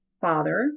father